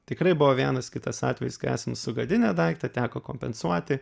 tikrai buvo vienas kitas atvejis kai esam sugadinę daiktą teko kompensuoti